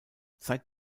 seit